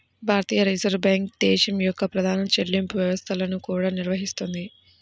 భారతీయ reserve bank దేశం యొక్క ప్రధాన చెల్లింపు వ్యవస్థలను కూడా నిర్వహిస్తుంది